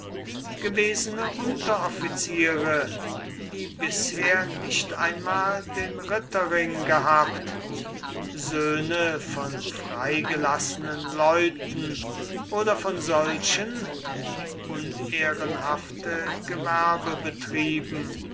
gewesene unteroffiziere die bisher nicht einmal den ritterring gehabt söhne von freigelassenen leuten oder von solchen die unehrenhafte